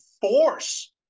force